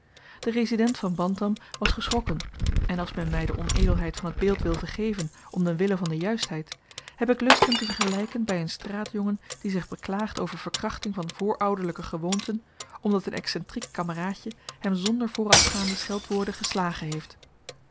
de resident van bantam was geschrokken en als men my de onedelheid van t beeld wil vergeven om den wille van de juistheid heb ik lust hem te vergelyken by een straatjongen die zich beklaagt over verkrachting van voorouderlyke gewoonten omdat een excentriek kameraadje hem zonder voorafgaande scheldwoorden geslagen heeft